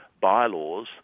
bylaws